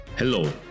Hello